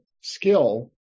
skill